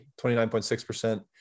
29.6%